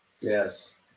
yes